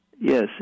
yes